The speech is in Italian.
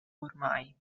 ormai